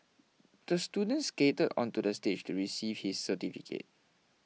the student skated onto the stage to receive his certificate